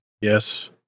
Yes